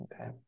okay